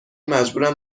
مجبورم